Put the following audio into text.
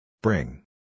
Bring